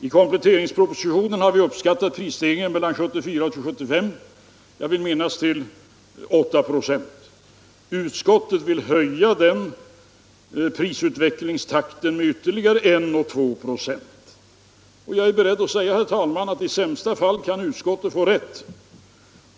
I kompletteringspropositionen har vi uppskattat prisstegringen mellan 1974 och 1975 till, vill jag minnas, 8 96. Utskottet vill höja den prisutvecklingstakten med ytterligare 1 å 2 96. Jag är beredd att säga, herr talman, att i sämsta fall kan utskottet få rätt.